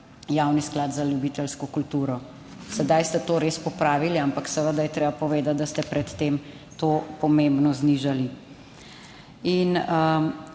javni sklad. za ljubiteljsko kulturo. Sedaj ste to res popravili, ampak seveda je treba povedati, da ste pred tem to pomembno znižali.